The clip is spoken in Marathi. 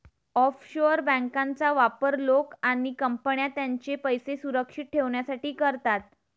ऑफशोअर बँकांचा वापर लोक आणि कंपन्या त्यांचे पैसे सुरक्षित ठेवण्यासाठी करतात